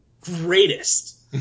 greatest